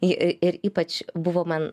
į į ir ypač buvo man